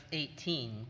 eighteen